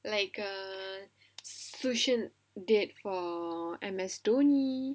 like uh sushant did for M_S dhoni